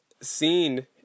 seen